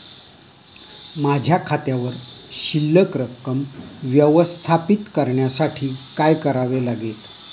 माझ्या खात्यावर शिल्लक रक्कम व्यवस्थापित करण्यासाठी काय करावे लागेल?